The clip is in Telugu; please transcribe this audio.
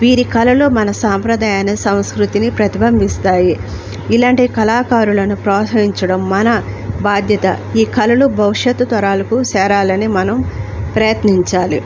వీరి కళలు మన సాంప్రదాయాన్ని సంస్కృతిని ప్రతిబింబిస్తాయి ఇలాంటి కళాకారులను ప్రోత్సహించడం మన బాధ్యత ఈ కళలు భవిష్యత్తు తరాలకు చేరాలని మనం ప్రయత్నించాలి